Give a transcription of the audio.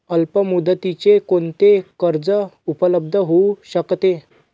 अल्पमुदतीचे कोणते कर्ज उपलब्ध होऊ शकते?